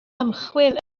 ymchwil